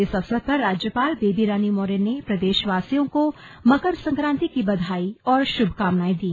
इस अवसर पर राज्यपाल बेबी रानी मौर्य ने प्रदेशवासियों को मकर संक्रान्ति की बधाई और शुभकामनाए दी